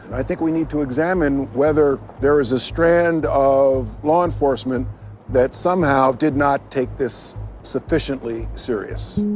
i think we need to examine whether there's a strand of law enforcement that somehow did not take this sufficiently serious.